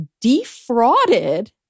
defrauded